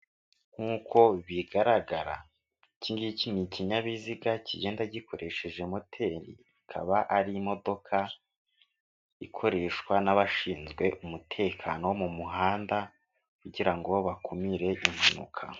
Nkuko bigaragara, iki ngiki ni ikinyabiziga kigenda gikoresheje moteri, ikaba ari imodoka ikoreshwa n'abashinzwe umutekano mu wo muhanda, kugira ngo bakumire impanuka.